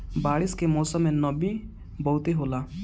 बारिश के मौसम में नमी बहुते होला